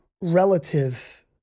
relative